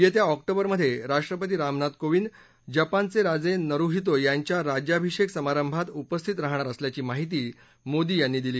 येत्या ऑक्टोबरमधे राष्ट्रपती रामनाथ कोविंद हे जपानचे राजे नरुहितो यांच्या राज्यभिषेक समारंभात उपस्थित राहणार असल्याची माहिती मोदी यांनी दिली